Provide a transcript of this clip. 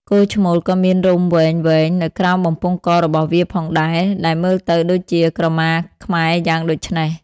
គោឈ្មោលក៏មានរោមវែងៗនៅក្រោមបំពង់ករបស់វាផងដែរ ដែលមើលទៅដូចជាក្រមាខ្មែរយ៉ាងដូច្នេះ។